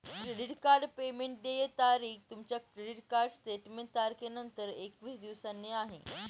credit card payment देय तारीख तुमच्या क्रेडिट कार्ड स्टेटमेंट तारखेनंतर एकवीस दिवसांनी आहे